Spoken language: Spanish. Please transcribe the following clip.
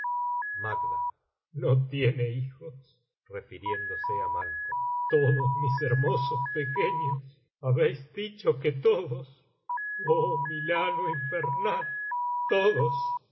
no tiene hijos refiriéndose á maicoim todos mis hermosos pequeños habéis dicho que todos oh milano infernal todos